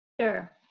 Sure